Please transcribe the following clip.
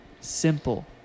Simple